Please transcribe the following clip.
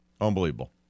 Unbelievable